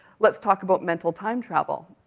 let's talk about mental time travel.